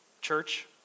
church